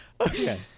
Okay